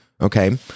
okay